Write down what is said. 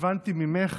הבנתי ממך